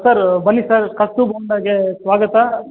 sir ಬನ್ನಿ sir Kaustubh ಹೋಂಡಾಗೇ ಸ್ವಾಗತ